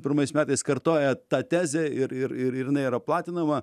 pirmais metais kartoja tą tezę ir ir ir ir jinai yra platinama